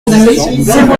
zéro